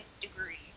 degree